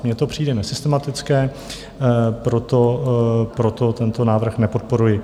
Mně to přijde nesystematické, proto tento návrh nepodporuji.